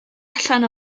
allan